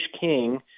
king